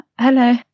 Hello